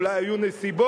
אולי היו נסיבות